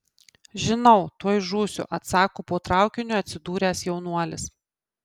žinau tuoj žūsiu atsako po traukiniu atsidūręs jaunuolis